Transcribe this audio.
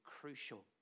crucial